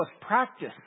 practice